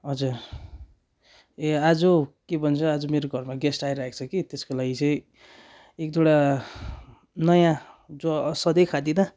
हजुर ए आज के भन्छ आज मेरो घरमा गेस्ट आइरहेको छ कि त्यसको लागि चाहिँ एक दुईवटा नयाँ जो सधैँ खाँदिन